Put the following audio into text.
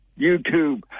YouTube